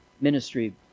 ministry